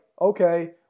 okay